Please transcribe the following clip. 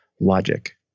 logic